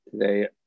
Today